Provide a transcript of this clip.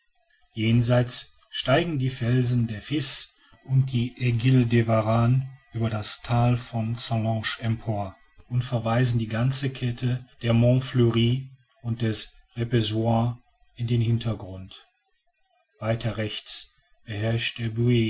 jenseit steigen die felsen der fiz und die aiguille de varan über das thal von sallanche empor und verweisen die ganze kette der monts fleury und des reposoir in den hintergrund weiter rechts beherrscht der